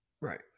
right